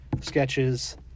sketches